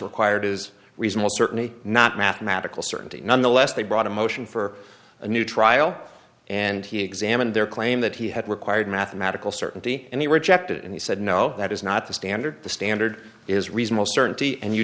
required is reasonable certainty not mathematical certainty nonetheless they brought a motion for a new trial and he examined their claim that he had required mathematical certainty and he rejected it and he said no that is not the standard the standard is reasonable certainty and you